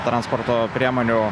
transporto priemonių